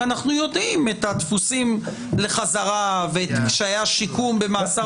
כי אנחנו יודעים את הדפוסים לחזרה ואת קשיי השיקום במאסר בפועל.